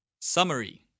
Summary